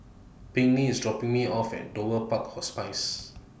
Pinkney IS dropping Me off At Dover Park Hospice